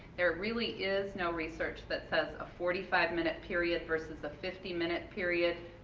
there really is no research that says a forty five minute period versus a fifty minute period